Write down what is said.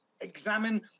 examine